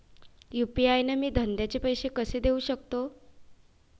UPI न मी धंद्याचे पैसे कसे देऊ सकतो?